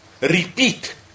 repeat